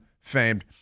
Famed